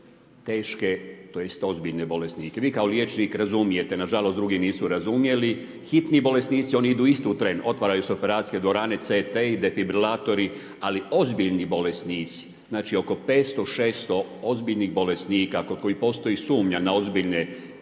teške tj. ozbiljne bolesnike. Vi kao liječnik razumijete, nažalost drugi nisu razumjeli. Hitni bolesnici, oni idu isto u tren. Otvaraju se operacijske dvorane CT, i defibrilatori ali ozbiljni bolesnici, znači oko 500, 600 ozbiljnih bolesnika kod kojih postoji sumnja na ozbiljne